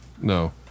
No